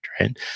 right